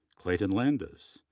clayton landis,